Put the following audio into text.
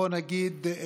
בוא נגיד,